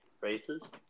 races